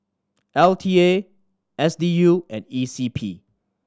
L T A S D U and E C P